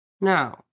Now